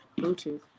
bluetooth